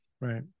right